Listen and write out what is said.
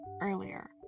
earlier